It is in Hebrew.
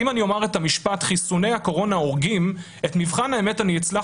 אם אני אומר את המשפט: חיסוני הקורונה הורגים את מבחן האמת אני אצלח